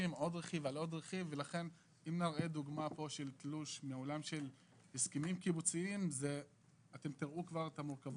הדוגמה של הוצאות רכב